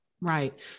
Right